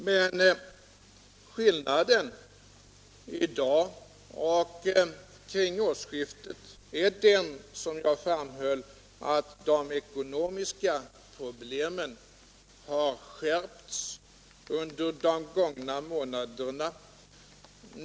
Men skillnaden i dag mot tiden omkring årsskiftet är den, som jag framhöll, att de ekonomiska problemen har skärpts under de gångna månaderna.